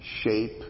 shape